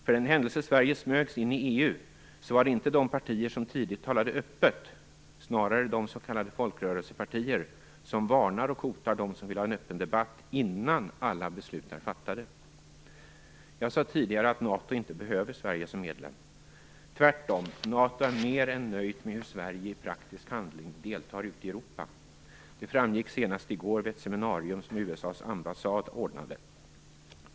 För den händelse Sverige smögs in i EU, så var det inte de partier som tidigt talade öppet om det som var ansvariga för det. Det var snarare de s.k. folkrörelsepartier som varnar och hotar dem som vill ha en öppen debatt innan alla beslut är fattade. Jag sade tidigare att NATO inte behöver Sverige som medlem. Tvärtom är NATO mer än nöjt med hur Sverige i praktisk handling deltar ute i Europa. Det framgick senast i går vid ett seminarium som USA:s ambassad ordnade.